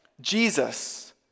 Jesus